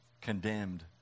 condemned